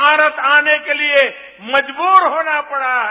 भारत आने के लिये मजबूर होना पड़ा है